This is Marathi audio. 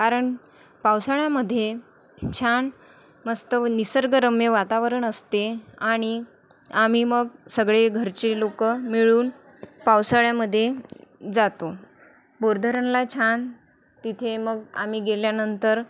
कारण पावसाळ्यामध्ये छान मस्त व निसर्गरम्य वातावरण असते आणि आम्ही मग सगळे घरचे लोकं मिळून पावसाळ्यामध्ये जातो बोरधरणला छान तिथे मग आम्ही गेल्यानंतर